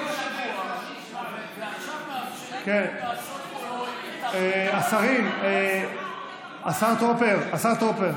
עכשיו מאפשרים, השרים, השר טרופר, השר טרופר.